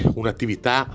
un'attività